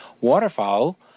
waterfowl